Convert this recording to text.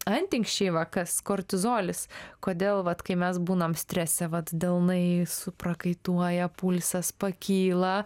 antinksčiai va kas kortizolis kodėl vat kai mes būnam strese vat delnai suprakaituoja pulsas pakyla